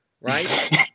Right